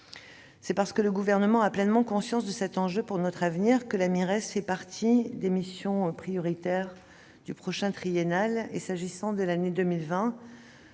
C'est parce que le Gouvernement a pleinement conscience de cet enjeu pour notre avenir que la Mires fait partie des missions prioritaires du prochain budget triennal. S'agissant de l'année 2020,